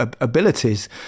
abilities